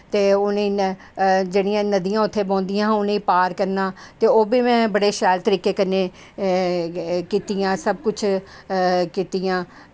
ते उनेंगी में ते जेह्ड़ियां नदियां उत्थें बौहंदियां हियां उनें ई पार करना ते ओह् ओह्बी में बड़े शैल तरीकै कन्नै कीत्तियां सब कुछ कीतियां